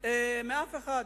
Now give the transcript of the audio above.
מאף אחד.